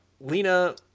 lena